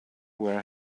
wear